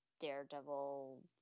Daredevil